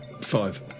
Five